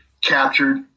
captured